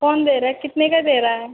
कौन दे रहा है कितने का दे रहा है